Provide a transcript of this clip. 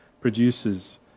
producers